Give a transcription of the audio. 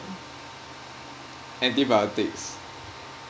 antibiotics